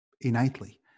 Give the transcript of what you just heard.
innately